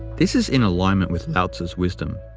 this is in alignment with lao-tzu's wisdom.